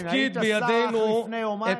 חבר הכנסת כהן, היית שר אך לפני יומיים.